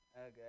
Okay